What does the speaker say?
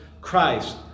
Christ